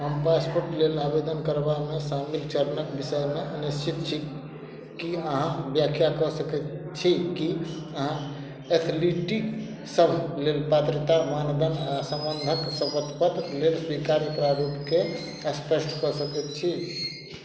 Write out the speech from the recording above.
हम पासपोर्टक लेल आवेदन करबामे शामिल चरणक विषयमे अनिश्चित छी की अहाँ व्याख्या कऽ सकैत छी की अहाँ एथलीटसभ लेल पात्रता मानदंड आ सम्बन्धक शपथपत्र लेल स्वीकार्य प्रारूपकेँ स्पष्ट कऽ सकैत छी